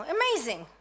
amazing